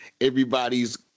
Everybody's